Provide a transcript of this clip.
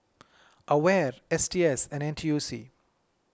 Aware S T S and N T U C